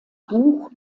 buch